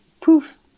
poof